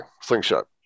Slingshot